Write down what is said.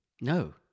No